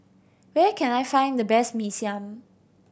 where can I find the best Mee Siam